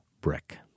brick